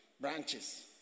branches